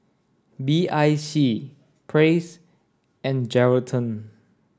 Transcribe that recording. B I C Praise and Geraldton